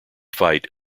fight